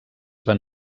van